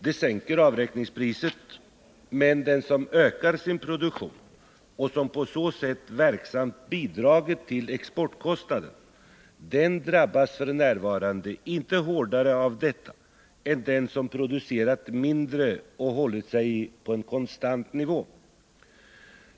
Det sänker avräkningspriset, men den som ökat sin produktion och som på så sätt verksamt bidragit till exportkostnaden drabbas f. n. inte hårdare av detta än den som producerat mindre och hållit sig på en konstant nivå.